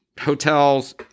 hotels